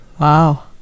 wow